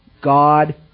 God